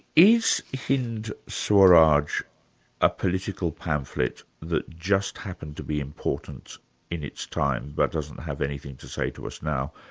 is hind swaraj a political pamphlet that just happened to be important in its time, but doesn't have anything to say to us now,